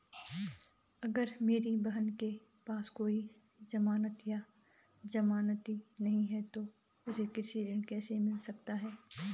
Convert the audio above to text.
अगर मेरी बहन के पास कोई जमानत या जमानती नहीं है तो उसे कृषि ऋण कैसे मिल सकता है?